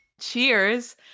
Cheers